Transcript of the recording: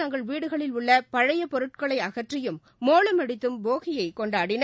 தங்கள் வீடுகளில் உள்ளபழையபொருட்களை அகற்றியும் மோளமடித்தும் போகியைகொண்டாடினர்